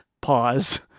Pause